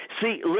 See